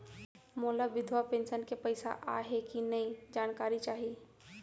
मोला विधवा पेंशन के पइसा आय हे कि नई जानकारी चाही?